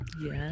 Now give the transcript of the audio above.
Yes